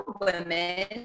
women